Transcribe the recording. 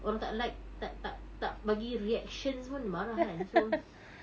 orang tak like tak tak tak bagi reactions pun dia marah kan so